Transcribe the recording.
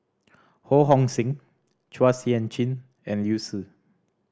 Ho Hong Sing Chua Sian Chin and Liu Si